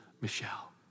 Michelle